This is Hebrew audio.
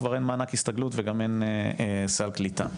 כבר אין מענק הסתגלות וגם אין סל קליטה.